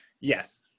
Yes